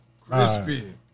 crispy